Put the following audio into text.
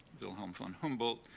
wilhelm von humboldt,